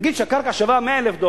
נגיד שהקרקע שווה 100,000 דולר.